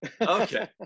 Okay